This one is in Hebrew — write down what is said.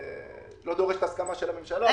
לא דורש את הסכמת הממשלה.